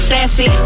Sassy